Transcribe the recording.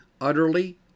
utterly